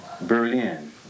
Berlin